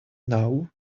now